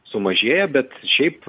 sumažėja bet šiaip